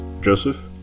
Joseph